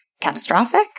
catastrophic